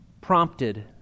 prompted